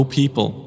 people